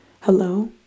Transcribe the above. Hello